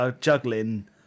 juggling